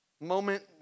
moment